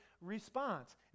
response